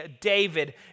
David